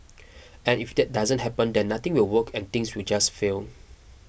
and if that doesn't happen then nothing will work and things will just fail